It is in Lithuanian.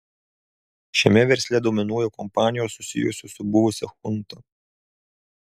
šiame versle dominuoja kompanijos susijusios su buvusia chunta